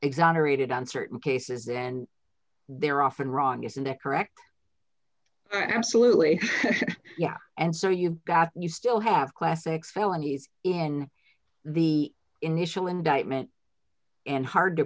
exonerated on certain cases and they're often wrong isn't that correct absolutely yeah and so you've got you still have classic felonies in the initial indictment and hard to